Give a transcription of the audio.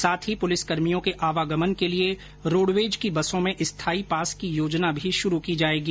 साथ ही पुलिसकर्मियों के आवागमन के लिए रोडवेज की बसों में स्थायी पास की योजना भी शुरू की जायेगी